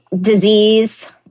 disease